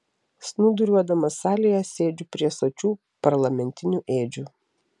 snūduriuodamas salėje sėdžiu prie sočių parlamentinių ėdžių